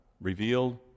revealed